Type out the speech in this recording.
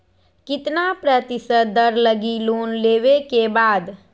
कितना प्रतिशत दर लगी लोन लेबे के बाद?